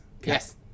Yes